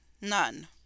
None